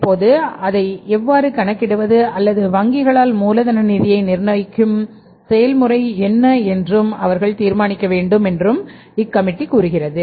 இப்போது அதை எவ்வாறு கணக்கிடுவது அல்லது வங்கிகளால் மூலதன நிதியை நிர்ணயிக்கும் செயல்முறை என்ன என்றும் அவர்கள் தீர்மானிக்க வேண்டும் என்றும் கூறுகிறார்கள்